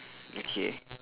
okay